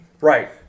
Right